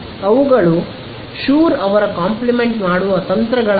ಅವುಗಳು ಶುರ್ ಅವರ ಕಾಂಪ್ಲಿಮೆಂಟ್ ಮಾಡುವ ತಂತ್ರಗಳಾಗಿವೆ